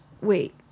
Wait